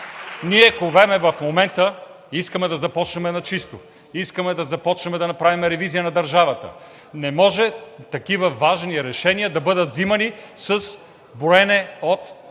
ние ковем в момента, искаме да започнем на чисто, искаме да направим ревизия на държавата, не може такива важни решения да бъдат взимани с броене от...